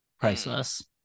priceless